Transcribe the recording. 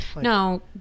No